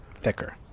Thicker